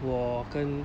我跟